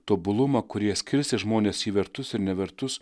tobulumą kurie skirstė žmones į vertus ir nevertus